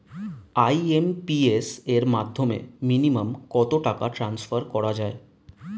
IMPS এর মাধ্যমে minimum কত টাকা ট্রান্সফার করা যায়?